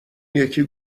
یکی